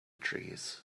trees